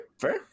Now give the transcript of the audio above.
fair